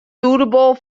suitable